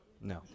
No